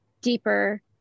deeper